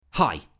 Hi